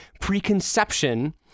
preconception